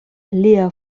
lia